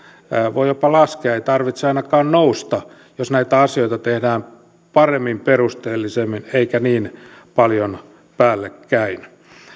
voi jopa laskea ei tarvitse ainakaan nousta jos näitä asioita tehdään paremmin perusteellisemmin eikä niin paljon päällekkäin